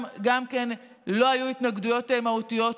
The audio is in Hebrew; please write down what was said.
גם שם לא היו התנגדויות מהותיות,